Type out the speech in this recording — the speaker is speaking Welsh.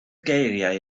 geiriau